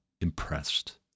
impressed